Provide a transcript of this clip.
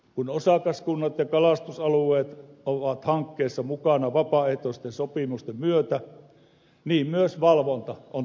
kun osakaskunnat ja kalastusalueet ovat hankkeessa mukana vapaaehtoisten sopimusten myötä myös valvonta on tehokkainta